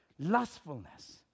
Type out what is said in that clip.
lustfulness